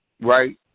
right